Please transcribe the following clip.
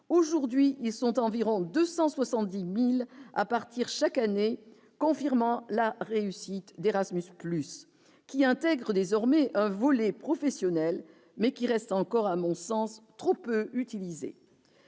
aujourd'hui, ils sont environ 270000 à partir chaque année, confirmant la réussite d'Erasmus plus qui intègre désormais un volet professionnel mais qui reste encore à mon sens trop peu utilisé,